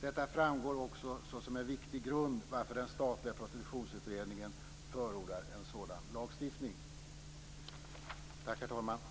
Detta framgår också som en viktig grund till att den statliga prostitutionsutredningen förordar en sådan lagstiftning. Tack, herr talman!